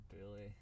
Billy